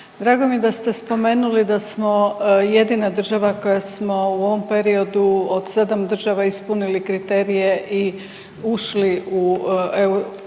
Drago mi je da ste spomenuli da smo jedina država koja smo u ovom periodu od 7 država ispunili kriterije i ušli u,